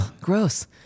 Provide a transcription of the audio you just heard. gross